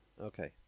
Okay